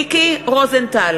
נגד מיקי רוזנטל,